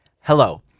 Hello